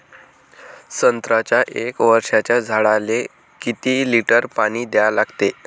संत्र्याच्या एक वर्षाच्या झाडाले किती लिटर पाणी द्या लागते?